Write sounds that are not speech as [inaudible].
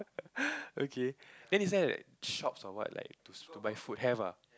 [laughs] okay then he send like shops or what like to to buy food have ah